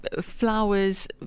flowers